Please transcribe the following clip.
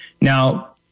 Now